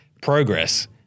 progress